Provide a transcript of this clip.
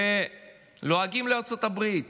ולועגים לארצות הברית